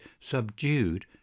subdued